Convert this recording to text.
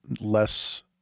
less